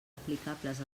aplicables